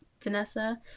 Vanessa